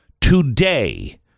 today